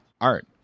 art